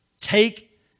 Take